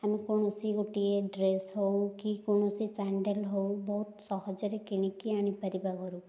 ଆମେ କୌଣସି ଗୋଟିଏ ଡ୍ରେସ୍ ହେଉ କି କୌଣସି ସ୍ୟାଣ୍ଡେଲ୍ ହେଉ ବହୁତ ସହଜରେ କିଣିକି ଆଣିପାରିବା ଘରକୁ